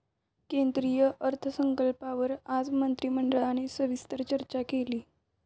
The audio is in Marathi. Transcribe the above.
केंद्रीय अर्थसंकल्पावर आज मंत्रिमंडळाने सविस्तर चर्चा केली